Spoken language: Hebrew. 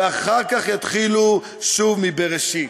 ואחר כך יתחילו שוב מבראשית.